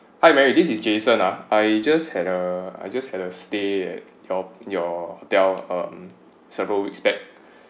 hi marry this is jason ah I just had a I just had a stay at your your hotel um several weeks back